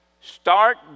start